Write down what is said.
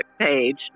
page